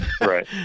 Right